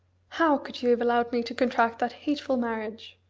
how could you have allowed me to contract that hateful marriage?